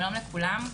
שלום לכולם.